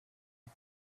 are